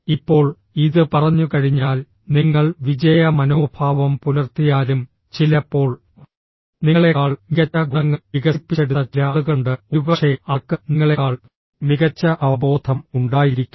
ഇപ്പോൾ ഇത് പറഞ്ഞുകഴിഞ്ഞാൽ നിങ്ങൾ വിജയ മനോഭാവം പുലർത്തിയാലും ചിലപ്പോൾ നിങ്ങളെക്കാൾ മികച്ച ഗുണങ്ങൾ വികസിപ്പിച്ചെടുത്ത ചില ആളുകളുണ്ട് ഒരുപക്ഷേ അവർക്ക് നിങ്ങളെക്കാൾ മികച്ച അവബോധം ഉണ്ടായിരിക്കാം